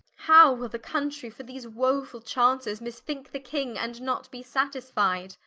how will the country, for these woful chances, mis-thinke the king, and not be satisfied?